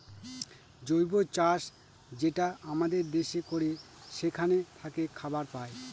জৈব চাষ যেটা আমাদের দেশে করে সেখান থাকে খাবার পায়